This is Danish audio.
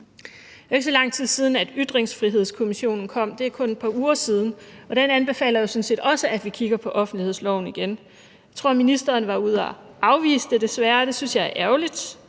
Det er jo ikke så lang tid siden, Ytringsfrihedskommissionen kom med sin anbefaling – det er kun et par uger siden – og den anbefaler jo sådan set også, at vi kigger på offentlighedsloven igen. Jeg tror, at ministeren var ude at afvise det – desværre – og det synes jeg er ærgerligt,